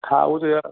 हा उहो त यार